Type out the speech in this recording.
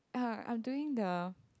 uh I'm doing the